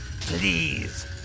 Please